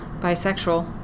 bisexual